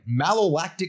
malolactic